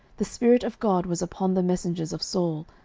the spirit of god was upon the messengers of saul,